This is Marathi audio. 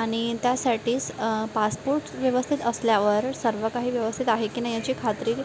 आणि त्यासाठीच पासपोट व्यवस्थित असल्यावर सर्व काही व्यवस्थित आहे की नाही याची खात्री